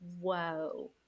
Whoa